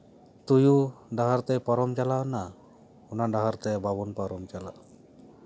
ᱛᱩᱭᱩ ᱰᱟᱦᱟᱨ ᱛᱮᱭ ᱯᱟᱨᱚᱢ ᱪᱟᱞᱟᱣᱱᱟ ᱚᱱᱟ ᱰᱟᱦᱟᱨ ᱛᱮ ᱵᱟᱵᱚᱱ ᱯᱟᱨᱚᱢ ᱪᱟᱞᱟᱜᱼᱟ